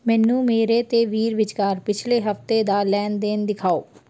ਮੈਨੂੰ ਮੇਰੇ ਅਤੇ ਵੀਰ ਵਿਚਕਾਰ ਪਿਛਲੇ ਹਫ਼ਤੇ ਦਾ ਲੈਣ ਦੇਣ ਦਿਖਾਓ